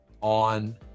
on